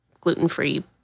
gluten-free